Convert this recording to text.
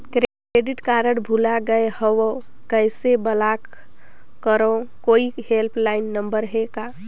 Credit card भुला गे हववं कइसे ब्लाक करव? कोई हेल्पलाइन नंबर हे का?